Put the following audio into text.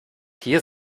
hier